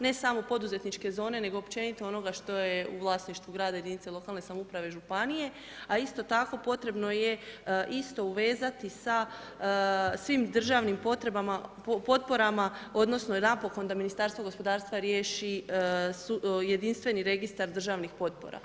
Ne samo poduzetničke zone, nego općenito onoga što je u vlasništvu grada, jedinice lokalne samouprave i županije, a isto tako potrebno je isto uvezati sa svim državnim potrebama, potporama, odnosno napokon da Ministarstvo gospodarstva riješi jedinstveni registar državnih potpora.